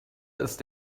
ist